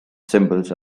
symbols